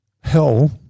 hell